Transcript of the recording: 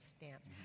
dance